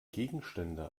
gegenstände